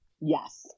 Yes